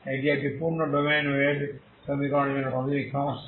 এটি একটি পূর্ণ ডোমেইনে ওয়েভ সমীকরণের জন্য প্রাথমিক সমস্যা